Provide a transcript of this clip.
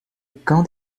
cão